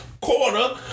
quarter